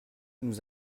nous